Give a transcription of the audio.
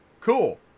Cool